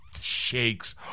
shakes